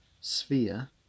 sphere